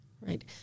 Right